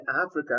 Africa